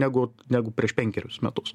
negu negu prieš penkerius metus